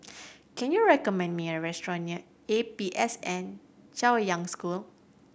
can you recommend me a restaurant near A P S N Chaoyang School